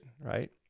right